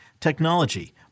technology